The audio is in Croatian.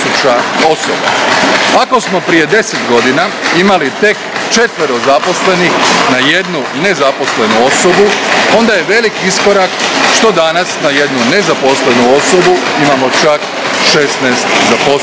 Ako smo prije deset godina imali tek četvero zaposlenih na jednu nezaposlenu osobu, onda je velik iskorak što danas na jednu nezaposlenu osobu imamo čak 16 zaposlenih.